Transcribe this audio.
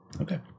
Okay